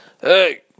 Hey